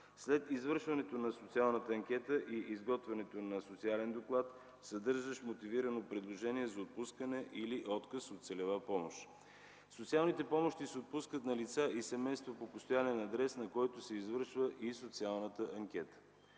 След извършването на социалната анкета и изготвянето на социален доклад, съдържащ мотивирано предложение за отпускане или отказ от целева помощ, социалните помощи се отпускат на лица и семейства по постоянен адрес, на който се извършва и социалната анкета.